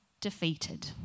defeated